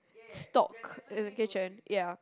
stock in the kitchen ya